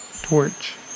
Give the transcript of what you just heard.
torch